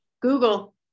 Google